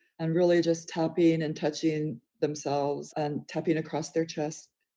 and really just tapping and touching themselves and tapping across their chest.